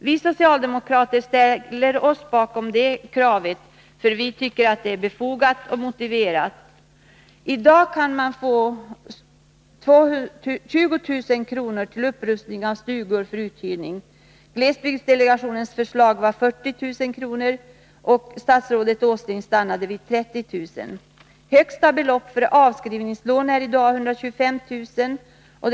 Vi socialdemokrater ställer oss bakom de kraven, därför att vi tycker att de är befogade och motiverade. I dag kan man få 20 000 kr. till upprustning av stugor för uthyrning. Glesbygdsdelegationens förslag var 40000 kr., och statsrådet Åsling stannade vid 30 000. Högsta belopp för avskrivningslån är i dag 125 000 kr.